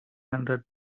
hundred